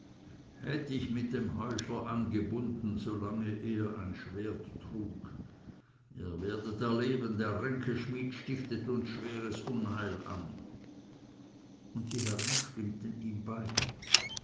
hätt ich mit dem heuchler angebunden solange er ein schwert trug ihr werdet erleben der ränkeschmied stiftet uns schweres unheil an und die herren stimmten ihm bei